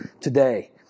today